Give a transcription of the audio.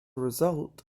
result